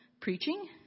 preaching